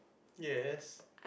yes